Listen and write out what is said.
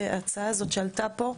ההצעה הזאת שעלתה פה,